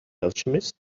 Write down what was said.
alchemist